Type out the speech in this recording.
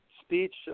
speech